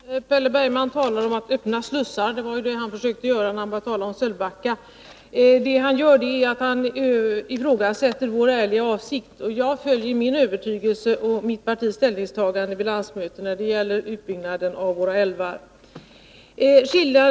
Herr talman! Per Bergman talar om att öppna slussar. Det var vad han försökte göra när han tog upp Sölvbacka. Han ifrågasätter vår ärliga avsikt. Jag följer min övertygelse och mitt partis ställningsstaganden vid landsmöten när det gäller utbyggnaden av våra älvar.